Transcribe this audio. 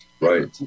Right